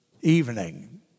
evening